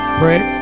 pray